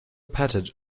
pattered